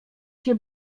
się